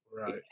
Right